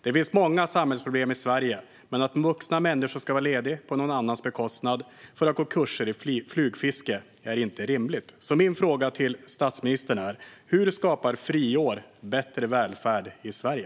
Det finns många samhällsproblem i Sverige, men att vuxna människor ska vara lediga på andras bekostnad för att gå kurser i flugfiske är inte rimligt. Hur skapar friår bättre välfärd i Sverige?